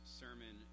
sermon